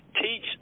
teach